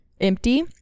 empty